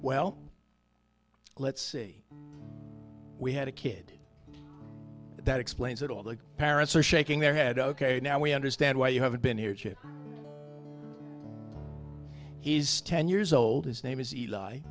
well let's see we had a kid that explains that all the parents are shaking their head ok now we understand why you haven't been here chip he's ten years old his name is eli